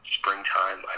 springtime